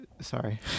Sorry